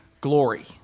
glory